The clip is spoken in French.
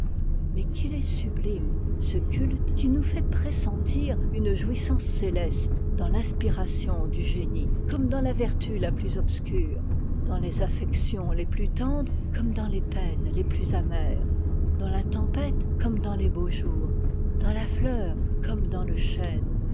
mais qu'il est sublime ce culte qui nous fait pressentir une jouissance céleste dans l'inspiration du génie comme dans la vertu la plus obscure dans les affections les plus tendres comme dans les peines les plus amères dans la tempête comme dans les beaux jours dans la fleur comme dans le chêne